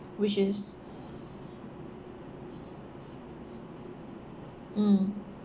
which is mm